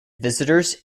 visitors